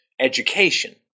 education